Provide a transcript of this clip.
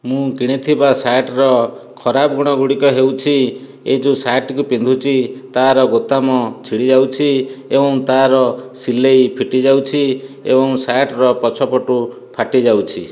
ମୁଁ କିଣିଥିବା ସାର୍ଟର ଖରାପ ଗୁଣ ଗୁଡ଼ିକ ହେଉଛି ଏ ଯେଉଁ ସାର୍ଟକୁ ପିନ୍ଧୁଛି ତାର ବୋତାମ ଛିଡ଼ିଯାଉଛି ଏବଂ ତାର ସିଲେଇ ଫିଟିଯାଉଛି ଏବଂ ସାର୍ଟର ପଛ ପଟୁ ଫାଟିଯାଉଛି